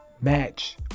Match